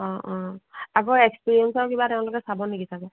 অঁ অঁ আগৰ এক্সপেৰিয়েঞ্চৰ কিবা তেওঁলোকে চাব নেকি চাগে